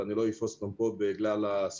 ואני לא אפרוס אותן פה בגלל הסיווג.